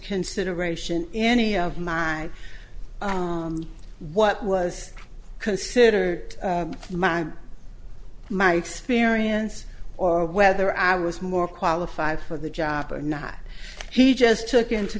consideration any of mine what was considered my my experience or whether i was more qualified for the job or not he just took into